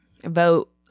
vote